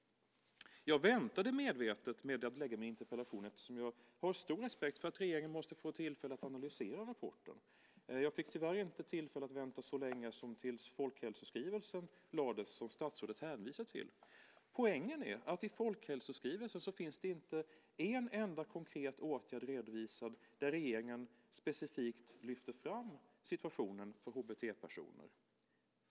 Jag väntade medvetet med att framställa min interpellation, eftersom jag har stor respekt för att regeringen måste få tillfälle att analysera rapporten. Jag fick tyvärr inte tillfälle att vänta tills folkhälsoskrivelsen lades fram, som statsrådet hänvisar till. Poängen är att i folkhälsoskrivelsen finns det inte en enda konkret åtgärd redovisad där regeringen specifikt lyfter fram situationen för HBT-personer.